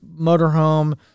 motorhome